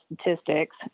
Statistics